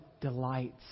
delights